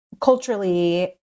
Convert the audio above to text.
culturally